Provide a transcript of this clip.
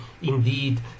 indeed